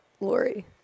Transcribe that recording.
Lori